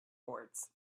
boards